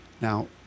Now